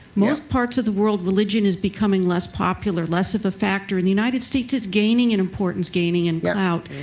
most parts of the world, religion is becoming less popular, less of a factor. in the united states, it's gaining in importance, gaining in clout.